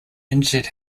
injured